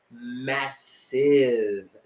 massive